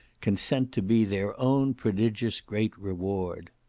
consent to be their own prodigious great reward.